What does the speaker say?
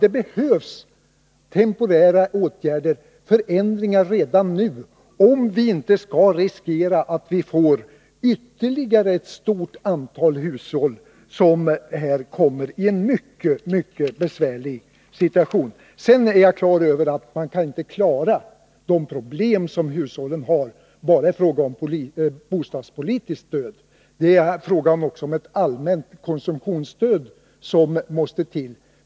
Det behövs temporära åtgärder och förändringar redan nu, om vi inte skall riskera att ytterligare ett stort antal hushåll kommer i en mycket besvärlig situation. Jag är medveten om att man inte kan klara de problem som hushållen har bara genom bostadspolitiskt stöd. Det är också fråga om att ett allmänt konsumtionsstöd måste till.